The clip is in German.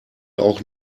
auch